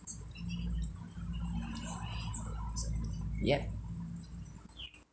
ya